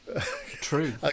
true